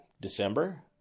December